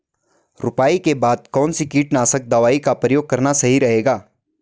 रुपाई के बाद कौन सी कीटनाशक दवाई का प्रयोग करना सही रहेगा?